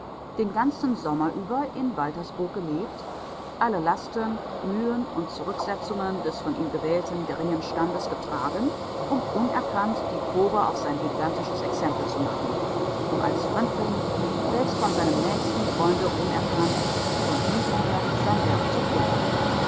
den ganzen sommer über in waltersburg gelebt alle lasten mühen und zurücksetzungen des von ihm gewählten geringen standes getragen um unerkannt die probe auf sein gigantisches exempel zu machen um als fremdling selbst von seinem nächsten freunde unerkannt von unten her sein werk zu prüfen